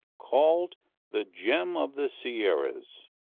called the gem of the sierras.